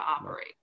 operate